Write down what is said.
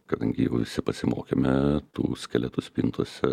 kadangi jau visi pasimokėme tų skeletų spintose